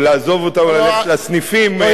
או לעזוב אותנו וללכת לסניפים.